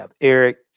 Eric